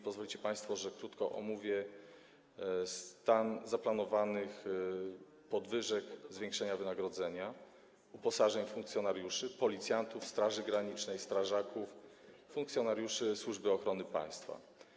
Pozwolicie państwo, że krótko omówię zaplanowane podwyżki, zwiększenie wynagrodzeń, uposażeń funkcjonariuszy Policji, Straży Granicznej, strażaków, funkcjonariuszy Służby Ochrony Państwa.